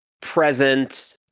present